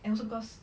and also cause